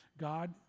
God